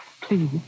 please